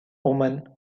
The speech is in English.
woman